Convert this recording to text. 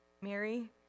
Mary